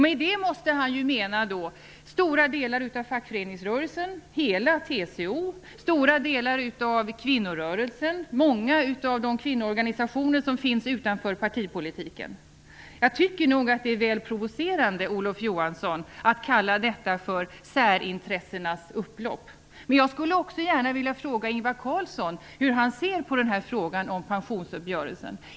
Med detta måste han mena stora delar av fackföreningsrörelsen, hela TCO, stora delar av kvinnorörelsen och många av de kvinnoorganisationer som finns utanför partipolitiken. Jag tycker nog att det är väl provocerande, Olof Johansson, att kalla detta för särintressenas upplopp. Men jag skulle också gärna vilja fråga Ingvar Carlsson hur han ser på frågan om pensionsuppgörelsen.